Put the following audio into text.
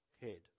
head